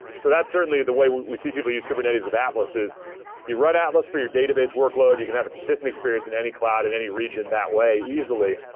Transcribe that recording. so that's certainly the way we we see people use kubernetes with atlas, is you run atlas for your database workload. you can have a consistent experience in any cloud, in any region, that way easily,